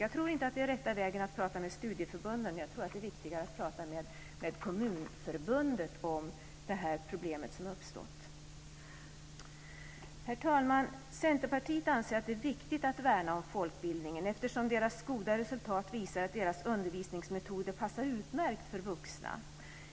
Jag tror inte att det är rätta vägen att prata med studieförbunden. Jag tror att det är viktigare att prata med Kommunförbundet om det problem som har uppstått. Herr talman! Centerpartiet anser att det är viktigt att värna om folkbildningen eftersom deras goda resultat visar att deras undervisningsmetoder passar utmärkt för vuxna.